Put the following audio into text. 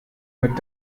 mit